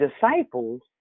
disciples